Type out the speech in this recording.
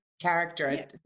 character